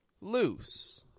loose